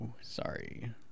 sorry